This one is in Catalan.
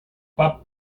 pap